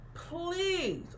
Please